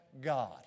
God